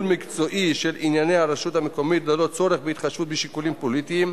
משום שאיננה נוגעת לנושאים חוקתיים.